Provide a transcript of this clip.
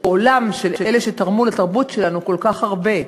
פועלם של אלה שתרמו לתרבות שלנו כל כך הרבה.